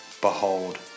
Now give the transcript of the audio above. behold